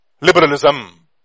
Liberalism